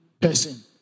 person